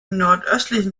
nordöstlichen